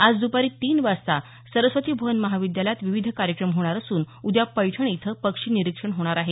आज दुपारी तीन वाजता सरस्वती भुवन महाविद्यालयात विविध कार्यक्रम होणार असून उद्या पैठण इथं पक्षी निरीक्षण होणार आहे